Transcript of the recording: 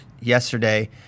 yesterday